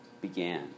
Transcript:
began